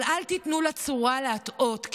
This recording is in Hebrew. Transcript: אבל אל תיתנו לצורה להטעות,